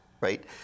right